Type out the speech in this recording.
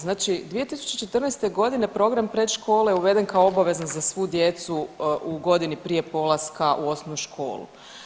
Znači 2014. godine program predškole je uveden kao obavezan na svu djecu u godinu prije polaska u osnovnu školu.